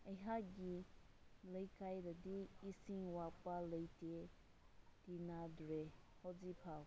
ꯑꯩꯍꯥꯛꯀꯤ ꯂꯩꯀꯥꯏꯗꯗꯤ ꯏꯁꯤꯡ ꯋꯥꯠꯄ ꯂꯩꯇꯦ ꯀꯤꯅꯗ꯭ꯔꯦ ꯍꯧꯖꯤꯛꯐꯥꯎ